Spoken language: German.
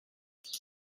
durch